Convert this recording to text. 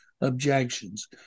objections